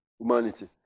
humanity